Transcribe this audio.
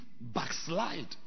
backslide